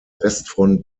westfront